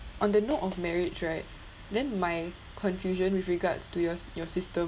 on the note of marriage right then my confusion with regards to yours your system